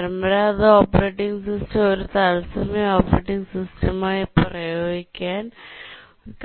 ഒരു പരമ്പരാഗത operating system ഒരു തത്സമയ ഓപ്പറേറ്റിംഗ് സിസ്റ്റമായി ഉപയോഗിക്കാൻ